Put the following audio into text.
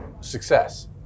success